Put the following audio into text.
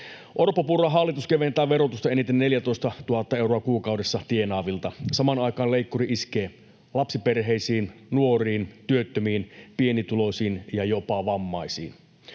Orpon—Purran hallitus keventää verotusta eniten 14 000 euroa kuukaudessa tienaavilta. Samaan aikaan leikkuri iskee lapsiperheisiin, nuoriin, työttömiin, pienituloisiin ja jopa vammaisiin.